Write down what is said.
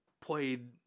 played